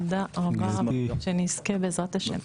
תודה רבה, שאני אזכה בעזרת ה'.